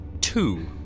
Two